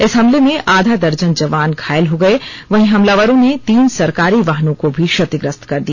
इस हमले में आधा दर्जन जवान घायल हो गए वहीं हमलावरों ने तीन सरकारी वाहनों को भी क्षतिग्रस्त कर दिया